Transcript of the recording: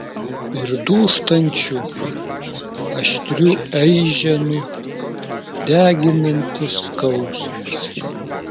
ir dūžtančių aštrių aiženų deginantis skausmas